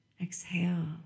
Exhale